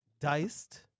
Diced